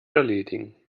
erledigen